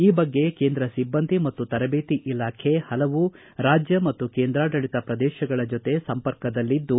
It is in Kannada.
ಈ ಬಗ್ಗೆ ಕೇಂದ್ರ ಸಿಬ್ಬಂದಿ ಮತ್ತು ತರಬೇತಿ ಇಲಾಖೆ ಹಲವು ರಾಜ್ಯ ಮತ್ತು ಕೇಂದ್ರಾಡಳಿತ ಪ್ರದೇಶಗಳ ಜೊತೆ ಸಂಪರ್ಕದಲ್ಲಿದ್ದು